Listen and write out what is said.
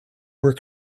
were